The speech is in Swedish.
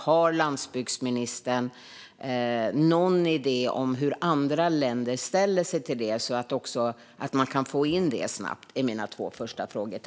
Har landsbygdsministern någon idé om hur andra länder ställer sig till detta, så att man kan få in det snabbt?